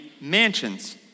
mansions